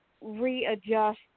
readjust